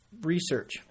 research